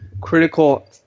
critical